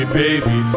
baby